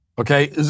Okay